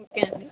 okay అండి